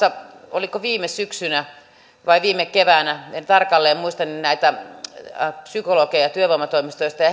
oliko viime syksynä vai viime keväänä en tarkalleen muista psykologeja työvoimatoimistoista ja